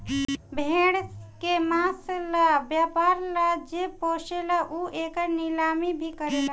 भेड़ के मांस ला व्यापर ला जे पोसेला उ एकर नीलामी भी करेला